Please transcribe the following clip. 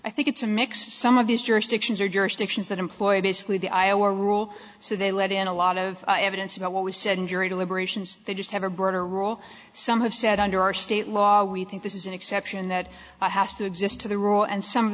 i think it's a mix some of these jurisdictions are jurisdictions that employ basically the iowa rule so they let in a lot of evidence about what was said in jury deliberations they just have a broader role some have said under our state law we think this is an exception that has to exist to the rule and some of